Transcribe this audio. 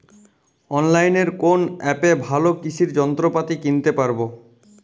অনলাইনের কোন অ্যাপে ভালো কৃষির যন্ত্রপাতি কিনতে পারবো?